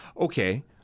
Okay